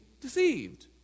deceived